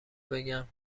بگم